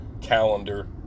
calendar